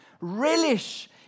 Relish